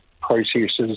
processes